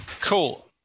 Cool